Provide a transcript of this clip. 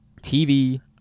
TV